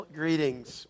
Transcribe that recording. greetings